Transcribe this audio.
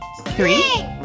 Three